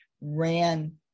ran